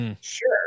Sure